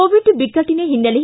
Covid ಬಿಕ್ಕಟ್ಟನ ಹಿನ್ನೆಲೆ